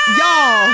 y'all